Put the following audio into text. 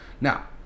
Now